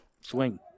Swing